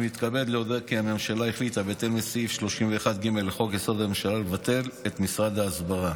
אני מתכבד להודיע כי הממשלה החליטה לבטל את משרד ההסברה